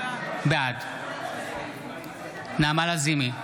בעד נעמה לזימי,